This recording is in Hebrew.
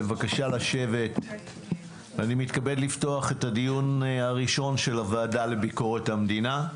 אני מתכבד לפתוח את הדיון הראשון של הוועדה לביקורת המדינה.